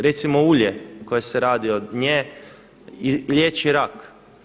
Recimo ulje koje se radi od nje, liječi rak.